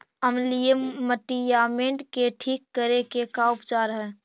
अमलिय मटियामेट के ठिक करे के का उपचार है?